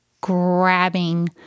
grabbing